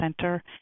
center